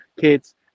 kids